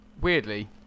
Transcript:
weirdly